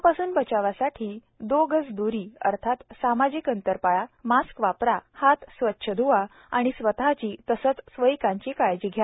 कोरोनापासून बचवासाठी दो गज दूरी अर्थात सामाजिक अंतर पाळा मास्क वापरा हात स्वच्छ धुवा आणि स्वतःची तसेच स्वकीयांची काळजी घ्या